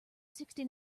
sixty